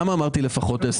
למה כך אמרתי?